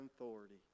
authority